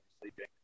sleeping